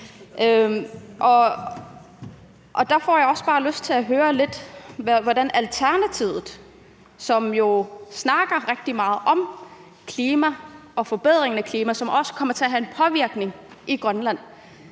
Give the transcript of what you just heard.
Derfor har jeg bare lyst til at høre Alternativet, som jo snakker rigtig meget om klima og forbedringen af klima, som også kommer til at have en påvirkning i Grønland,